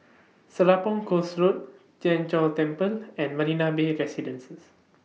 Serapong Course Road Tien Chor Temple and Marina Bay Residences